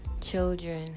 Children